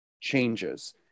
changes